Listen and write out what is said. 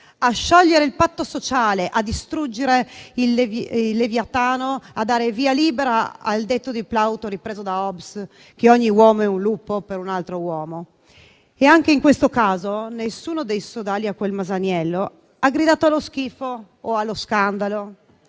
a sciogliere il patto sociale, a distruggere il Leviatano, a dare il via libera al detto di Plauto ripreso da Hobbes che ogni uomo è un lupo per un altro uomo. Anche in questo caso, nessuno dei sodali a quel Masaniello ha gridato allo schifo o allo scandalo;